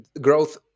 growth